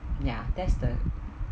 ya that's the